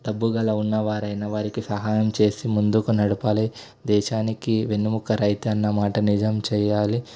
డబ్బుగల ఉన్నవారు అయిన వారికి సహాయం చేసి ముందుకు నడపాలి దేశానికి వెన్నెముక రైతు అన్నమాట నిజం చెయ్యాలి